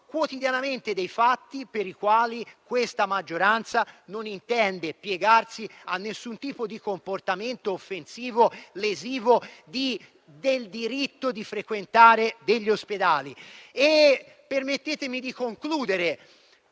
quotidianamente, ma questa maggioranza non intende piegarsi a nessun tipo di comportamento offensivo o lesivo del diritto di frequentare gli ospedali. Permettetemi di concludere